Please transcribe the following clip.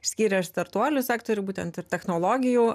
išskyrė ir startuolių sektorių būtent ir technologijų